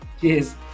Cheers